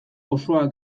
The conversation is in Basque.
osoa